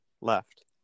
left